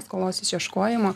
skolos išieškojimo